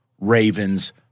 Ravens